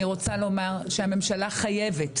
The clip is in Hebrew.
אני רוצה לומר שהממשלה חייבת,